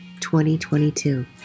2022